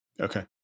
Okay